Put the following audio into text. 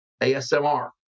ASMR